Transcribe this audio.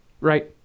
right